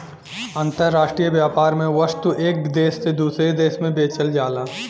अंतराष्ट्रीय व्यापार में वस्तु एक देश से दूसरे देश में बेचल जाला